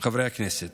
חברי הכנסת,